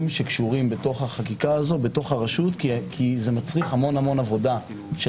שקשורים לחקיקה הזאת בתוך הרשות כי זה מצריך המון עבודה של